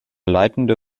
leitende